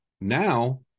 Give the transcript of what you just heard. Now